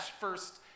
first